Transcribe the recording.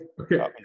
okay